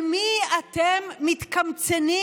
על מי אתם מתקמצנים,